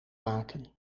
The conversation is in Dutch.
maken